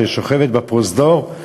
ששוכבת בפרוזדור,